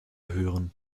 hören